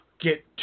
get